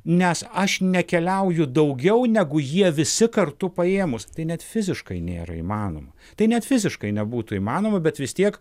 nes aš nekeliauju daugiau negu jie visi kartu paėmus tai net fiziškai nėra įmanoma tai net fiziškai nebūtų įmanoma bet vis tiek